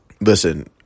Listen